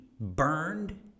burned